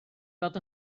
fod